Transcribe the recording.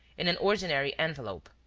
in an ordinary envelope.